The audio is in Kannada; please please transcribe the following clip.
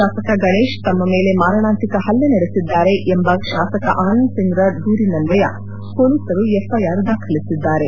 ಶಾಸಕ ಗಣೇಶ್ ತಮ್ಮ ಮೇಲೆ ಮಾರಣಾಂತಿಕ ಪಲ್ಲೆ ನಡೆಸಿದ್ದಾರೆ ಎಂಬ ಶಾಸಕ ಆನಂದ್ಸಿಂಗ್ರ ದೂರಿನನ್ನಯ ಮೊಲೀಸರು ಎಫ್ಐಆರ್ ದಾಖಲಿಸಿದ್ದಾರೆ